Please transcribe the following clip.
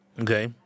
Okay